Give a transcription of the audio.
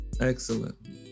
Excellent